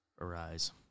Arise